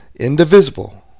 indivisible